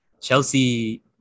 Chelsea